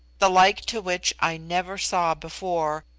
the like to which i never saw before,